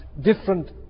different